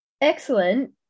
Excellent